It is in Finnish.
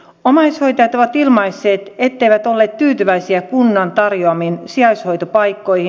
omaishoitajat ovat ilmaisseet etteivät olleet tyytyväisiä kunnan tarjoamiin sijaishoitopaikkoihin